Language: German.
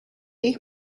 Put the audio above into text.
ich